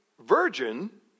virgin